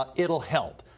ah it will help.